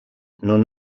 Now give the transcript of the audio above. non